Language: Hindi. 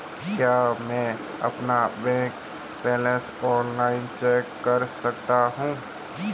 क्या मैं अपना बैंक बैलेंस ऑनलाइन चेक कर सकता हूँ?